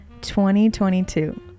2022